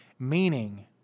Meaning